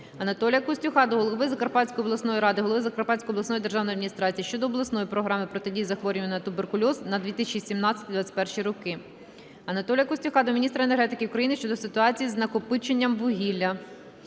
Анатолія Костюха до голови Закарпатської обласної ради, голови Закарпатської обласної державної адміністрації щодо Обласної програми протидії захворюванню на туберкульоз на 2017 - 2021 роки. Анатолія Костюха до міністра енергетики України щодо ситуації з накопиченням вугілля.